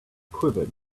quivered